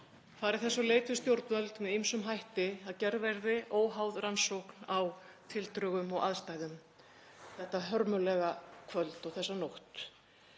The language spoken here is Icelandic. farið þess á leit við stjórnvöld með ýmsum hætti að gerð verði óháð rannsókn á tildrögum og aðstæðum þetta hörmulega kvöld og þessa nótt.